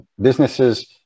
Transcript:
businesses